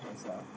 that's uh